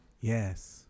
Yes